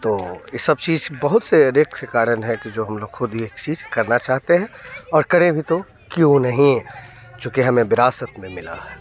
तो ये सब चीज़ बहुत से अधिक के कारण है कि जो हम लोग ख़ुद ही यह चीज़ करना चाहते हैं और करें भी तो क्यों नहीं चूँकि हमें विरासत में मिला है